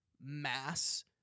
mass